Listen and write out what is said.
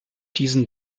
diesen